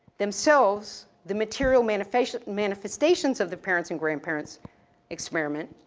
themselves, the material maniface, manifestation of the parents and grandparents experiment,